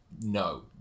no